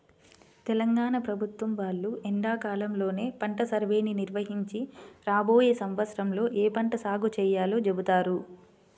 తెలంగాణ ప్రభుత్వం వాళ్ళు ఎండాకాలంలోనే పంట సర్వేని నిర్వహించి రాబోయే సంవత్సరంలో ఏ పంట సాగు చేయాలో చెబుతారు